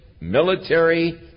military